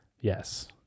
yes